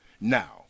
Now